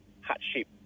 hardship